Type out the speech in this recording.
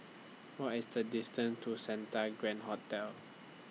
What IS The distance to Santa Grand Hotel